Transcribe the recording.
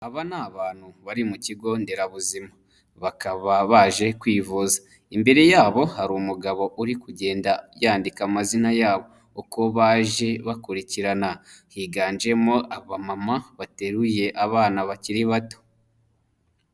Aba ni abantu bari mu kigo nderabuzima bakaba baje kwivuza, imbere yabo hari umugabo uri kugenda yandika amazina yabo uko baje bakurikirana higanjemo abamama bateruye abana bakiri bato.